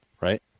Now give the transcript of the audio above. right